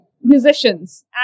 musicians